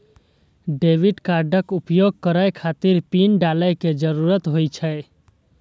debit कार्डक उपयोग करै खातिर पिन डालै के जरूरत होइ छै